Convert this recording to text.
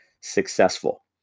successful